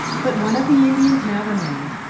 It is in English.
but one of the indians now remained.